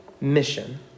Mission